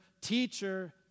teacher